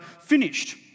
finished